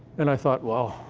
and i thought, well,